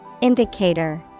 Indicator